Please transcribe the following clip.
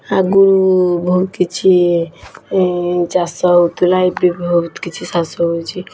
ଆଗରୁ ବହୁତ କିଛି ଚାଷ ହେଉଥିଲା ଏବେ ବି ବହୁତ କିଛି ଚାଷ ହେଉଛି